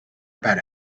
about